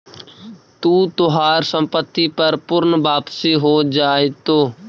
तू तोहार संपत्ति पर पूर्ण वापसी हो जाएतो